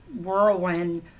whirlwind